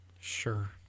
Sure